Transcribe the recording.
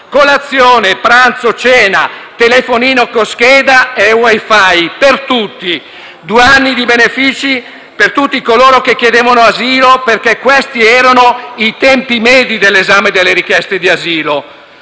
colazione, pranzo e cena, telefonino con scheda e *wi*-*fi* per tutti. Due anni di benefici per tutti coloro che chiedevano asilo, perché questi erano i tempi medi dell'esame delle richieste di asilo.